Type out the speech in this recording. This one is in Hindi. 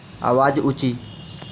आवाज़ ऊँची